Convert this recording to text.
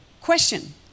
Question